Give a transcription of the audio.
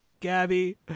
gabby